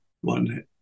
one